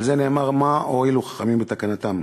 על זה נאמר: מה הועילו חכמים בתקנתם?